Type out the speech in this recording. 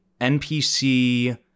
NPC